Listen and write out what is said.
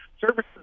services